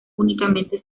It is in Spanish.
únicamente